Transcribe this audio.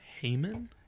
Haman